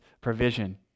provision